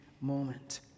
moment